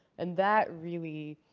and that really,